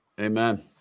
Amen